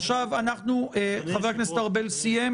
אדוני היושב-ראש,